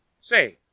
say